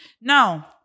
now